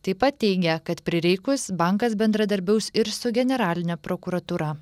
taip pat teigia kad prireikus bankas bendradarbiaus ir su generaline prokuratūra